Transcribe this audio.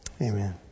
Amen